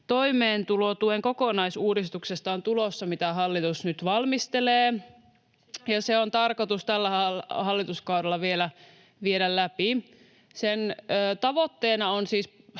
toimeentulotuen kokonaisuudistuksesta on tulossa, mitä hallitus nyt valmistelee ja mikä on tarkoitus tällä hallituskaudella vielä viedä läpi. Sen tavoitteena on siis